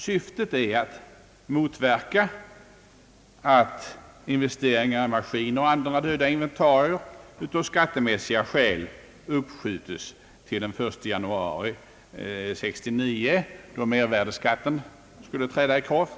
Syftet är att motverka att investeringar i maskiner och andra döda inventarier av skattemässiga skäl uppskjutes till den 1 januari 1969, då förordningen om mervärdeskatt skall träda i kraft.